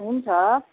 हुन्छ